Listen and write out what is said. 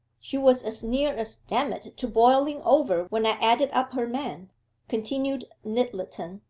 she was as near as damn-it to boiling over when i added up her man continued nyttleton.